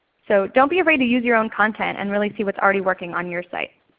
so don't be afraid to use your own content and really see what's already working on your site.